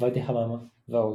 עובדיה חממה ועוד.